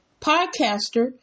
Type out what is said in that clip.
podcaster